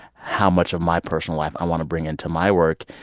how much of my personal life i want to bring into my work,